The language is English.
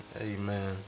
Amen